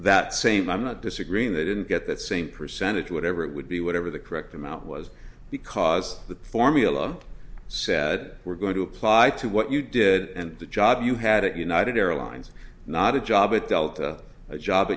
that same i'm not disagreeing that and get that same percentage whatever it would be whatever the correct amount was because the formula said we're going to apply to what you did and the job you had at united airlines not a job at delta a job